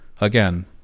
again